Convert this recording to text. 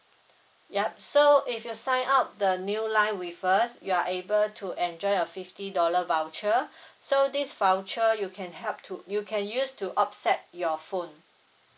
yup so if you sign up the new line with us you are able to enjoy a fifty dollar voucher so this voucher you can help to you can use to offset your phone